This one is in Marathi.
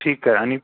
ठीक आहे आणि